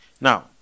Now